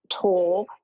tool